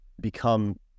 Become